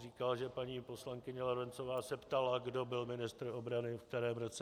říkal, že paní poslankyně Lorencová se ptala, kdo byl ministr obrany, ve kterém roce.